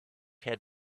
had